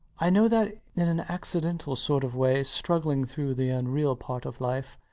i know that in an accidental sort of way, struggling through the unreal part of life,